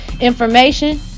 information